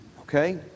okay